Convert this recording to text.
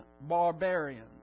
barbarians